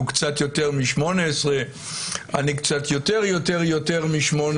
הוא יותר מ-18 - אני קצת יותר יותר יותר מ-18.